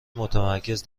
متمرکز